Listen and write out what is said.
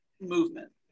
movement